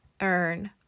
earn